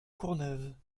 courneuve